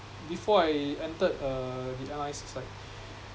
before I entered uh the side